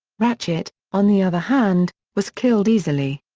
ratchet, on the other hand, was killed easily.